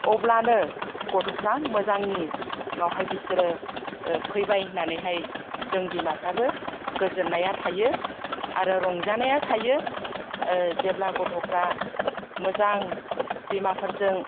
अब्लानो गथ'फ्रा मोजांनि उनावहाय बिसोरो फैबाय होननानैहाय जों बिमाफ्राबो गोजोननाया थायो आरो रंजानाया थायो जेब्ला गथ'फ्रा मोजां बिमाफोरजों